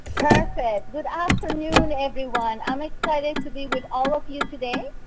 perfect. good afternoon everyone. i'm excited to be with all of you today.